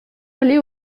allés